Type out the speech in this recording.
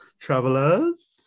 travelers